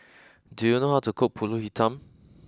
do you know how to cook Pulut Hitam